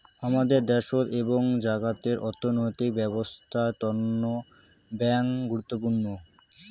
হামাদের দ্যাশোত এবং জাগাতের অর্থনৈতিক ব্যবছস্থার তন্ন ব্যাঙ্ক গুরুত্বপূর্ণ